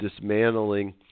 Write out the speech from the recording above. dismantling